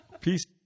Peace